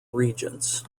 regents